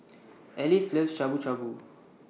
Alyse loves Shabu Shabu